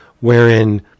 wherein